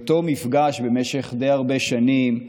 מאותו מפגש, במשך די הרבה שנים,